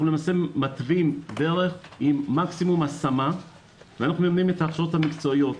אנחנו מתווים דרך עם מקסימום השמה ואנחנו נותנים את ההכשרות המקצועיות.